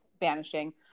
banishing